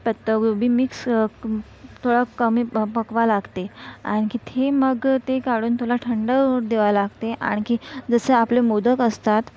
पत्ताकोबी मिक्स थोडा कमी प पकवा लागते आणखी ते मग ते काढून थोडं थंड होऊ द्यावे लागते आणखी जसं आपले मोदक असतात